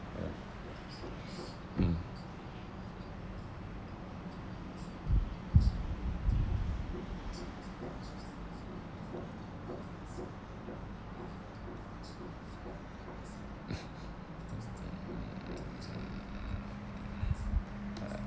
mm